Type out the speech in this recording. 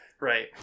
right